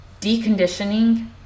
deconditioning